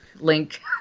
link